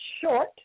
Short